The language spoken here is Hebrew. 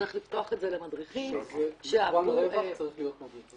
צריך לפתוח את זה למדריכים --- במובן רווח צריך להיות מדריך.